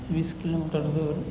વીસ કિલોમીટર દૂર